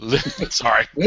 Sorry